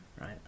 right